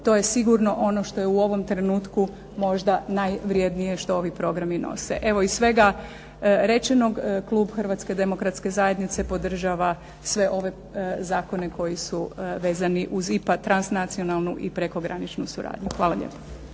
to je sigurno ono što je u ovom trenutku možda najvrednije što ovi programi nose. Evo iz svega rečenog klub Hrvatske demokratske zajednice podržava sve ove zakone koji su vezani uz IPA transnacionalnu i prekograničnu suradnju. Hvala lijepo.